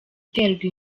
iterwa